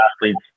athletes